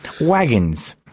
wagons